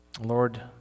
Lord